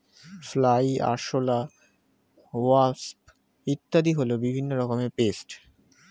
fly, আরশোলা, wasp ইত্যাদি হল বিভিন্ন রকমের পেস্ট